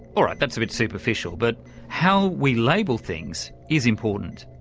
all right, that's a bit superficial, but how we label things is important.